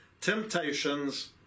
temptations